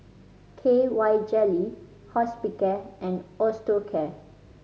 K Y Jelly Hospicare and Osteocare